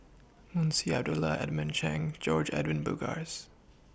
Munshi Abdullah Edmund Cheng George Edwin Bogaars